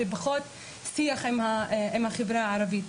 ופחות שיח עם החברה הערבית.